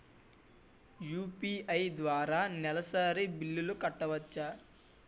UPI ద్వారా నెలసరి బిల్లులు కట్టవచ్చా?